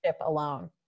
alone